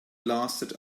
lasted